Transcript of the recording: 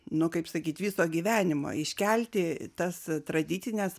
nu kaip sakyt viso gyvenimo iškelti tas tradicines